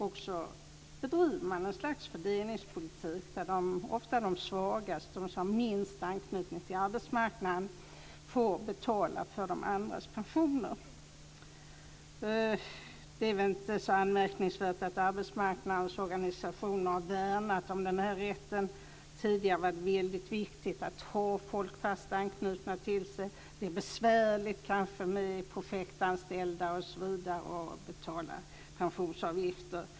Man bedriver ett slags fördelningspolitik där ofta de svagaste, de som har minst anknytning till arbetsmarknaden, får betala för de andras pensioner. Det är väl inte så anmärkningsvärt att arbetsmarknadens organisationer har värnat om den här rätten tidigare. Det är väldigt viktigt att ha folk fast anknutna till sig. Det kanske är besvärligt att betala pensionsavgifter för projektanställda.